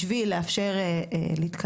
על מנת לאפשר להתקדם.